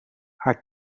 haar